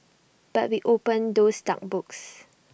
but we opened those dark books